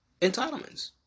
entitlements